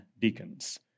deacons